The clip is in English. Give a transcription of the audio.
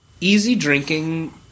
Easy-drinking